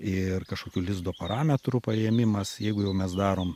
ir kažkokių lizdo parametrų paėmimas jeigu jau mes darom